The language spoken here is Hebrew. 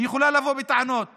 היא יכולה לבוא בטענות ובדרישות,